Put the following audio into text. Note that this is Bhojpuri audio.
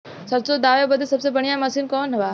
सरसों दावे बदे सबसे बढ़ियां मसिन कवन बा?